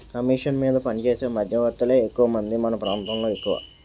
commission మీద పనిచేసే మధ్యవర్తులే ఎక్కువమంది మన ప్రాంతంలో ఎక్కువ